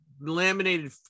laminated